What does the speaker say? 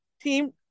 team